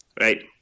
right